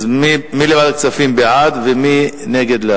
מי שבעד, לוועדת הכספים, ומי שנגד,